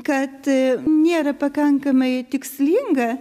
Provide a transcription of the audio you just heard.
kad nėra pakankamai tikslinga